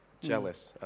Jealous